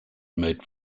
made